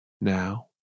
now